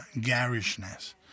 garishness